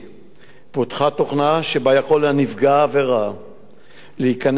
פותחה תוכנה שבה יכול נפגע העבירה להיכנס באמצעות ססמה